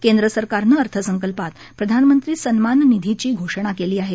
केंद्रसरकार अर्थसंकल्पात प्रधानमंत्री सन्मान निधीची घोषणा केली आहे